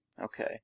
Okay